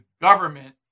government